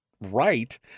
Right